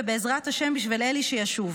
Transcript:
ובעזרת השם, בשביל אלי שישוב.